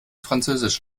französisch